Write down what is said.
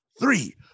three